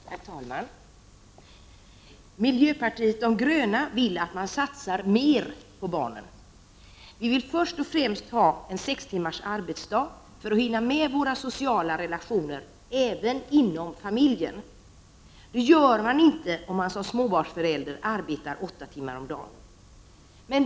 Herr talman! Miljöpartiet de gröna vill att man satsar mer på barnen. Vi vill först och främst ha sex timmars arbetsdag för att hinna med våra sociala relationer även inom familjen. Det klarar man inte om man är småbarnsförälder och arbetar åtta timmar om dagen.